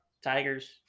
Tigers